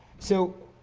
so